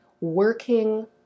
working